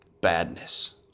badness